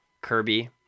Kirby